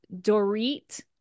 Dorit